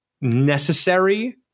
necessary